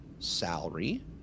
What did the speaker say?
salary